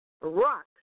rock